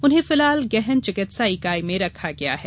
उन्हें फिलहाल गहन चिकित्सा इकाई में रखा गया है